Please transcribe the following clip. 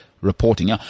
reporting